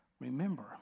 Remember